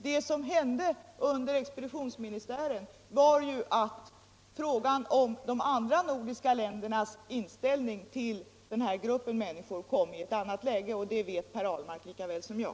Vad som hände under expeditionsministären var att frågan om de andra nordiska ländernas inställning till denna grupp människor kom i ett annat läge. Det vet Per Ahlmark lika väl som jag.